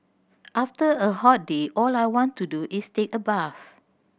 after a hot day all I want to do is take a bath